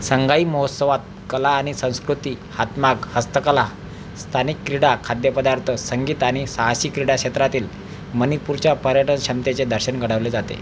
सन्गाई महोत्सवात कला आणि संस्कृती हातमाग हस्तकला स्थानिक क्रीडा खाद्यपदार्थ संगीत आणि साहसी क्रीडाक्षेत्रातील मणिपूरच्या पर्यटन क्षमतेचे दर्शन घडवले जाते